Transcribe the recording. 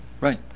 Right